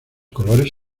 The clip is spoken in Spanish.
colores